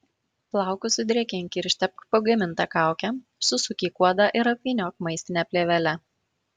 plaukus sudrėkink ir ištepk pagaminta kauke susuk į kuodą ir apvyniok maistine plėvele